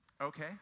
okay